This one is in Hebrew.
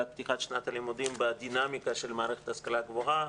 פתיחת שנת הלימודים בדינמיקה של המערכת להשכלה גבוהה,